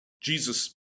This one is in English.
Jesus